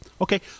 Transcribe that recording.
Okay